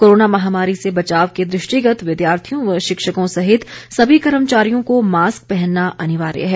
corona महामारी से बचाव के दृष्टिगत विद्यार्थियों व शिक्षकों सहित सभी कर्मचारियों को मास्क पहनना अनिवार्य है